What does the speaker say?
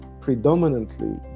predominantly